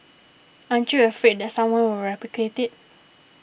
aren't you afraid that someone will replicate it